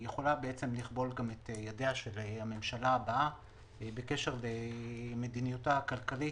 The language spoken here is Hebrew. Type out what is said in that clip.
יכולה גם לכבול את ידיה של הממשלה הבאה בקשר למדיניותה הכלכלית,